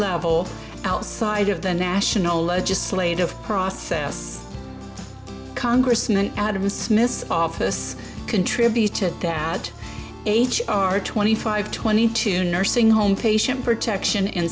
level outside of the national legislative process congressman adam smith's office contributes to that h r twenty five twenty two nursing home patient protection in